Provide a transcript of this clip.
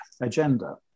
agenda